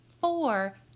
Four